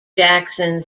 jackson